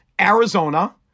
Arizona